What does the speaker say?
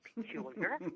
peculiar